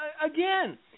Again